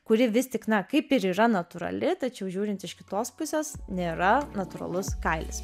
kuri vis tik na kaip ir yra natūrali tačiau žiūrint iš kitos pusės nėra natūralus kailis